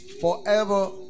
forever